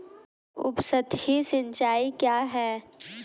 उपसतही सिंचाई क्या है?